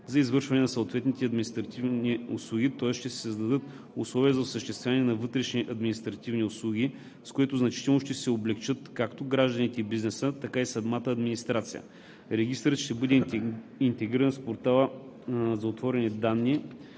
за извършване на съответна административна услуга, тоест ще се създадат условия за осъществяване на вътрешни административни услуги, с което значително ще се облекчат както гражданите и бизнесът, така и самата администрация. Регистърът ще бъде интегриран с Портала за отворени данни